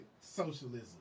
socialism